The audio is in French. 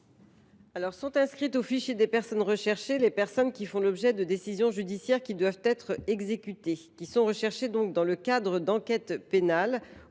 ? Sont inscrites au fichier des personnes recherchées les personnes qui font l’objet de décisions judiciaires devant être exécutées, celles qui sont recherchées dans le cadre d’une enquête pénale